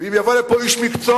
ואם יבוא לפה איש מקצוע,